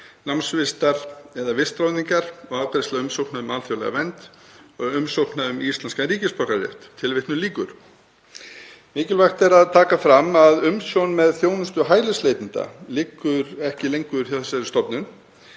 námsvistar eða vistráðningar, og afgreiðsla umsókna um alþjóðlega vernd og umsókna um íslenskan ríkisborgararétt.“ Mikilvægt er að taka fram að umsjón með þjónustu hælisleitenda liggur ekki lengur hjá þessari stofnun.